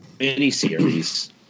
miniseries